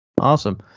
Awesome